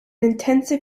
intensive